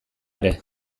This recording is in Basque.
ere